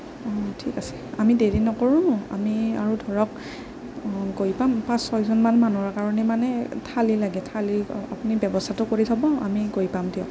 অঁ ঠিক আছে আমি দেৰি নকৰোঁ আমি আৰু ধৰক গৈ পাম পাঁচ ছয়জনমান মানুহৰ কাৰণে মানে থালী লাগে থালীৰ আপুনি ব্যৱস্থাটো কৰি থব আমি গৈ পাম দিয়ক